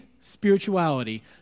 spirituality